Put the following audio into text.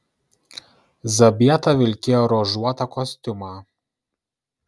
zabieta vilkėjo ruožuotą kostiumą